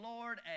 Lord